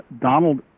Donald